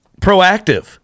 proactive